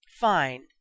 Fine